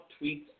tweets